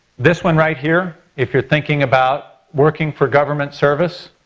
this one right here, if you're thinking about working for government service,